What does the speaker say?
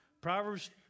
Proverbs